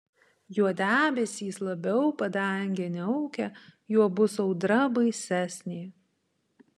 juo debesys labiau padangę niaukia juo bus audra baisesnė